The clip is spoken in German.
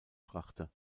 brachte